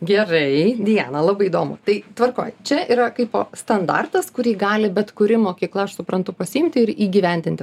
gerai diana labai įdomu tai tvarkoj čia yra kaipo standartas kurį gali bet kuri mokykla aš suprantu pasiimti ir įgyvendinti